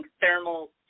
thermal